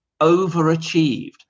overachieved